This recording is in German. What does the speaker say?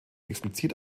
explizit